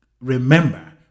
remember